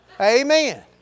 Amen